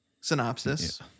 synopsis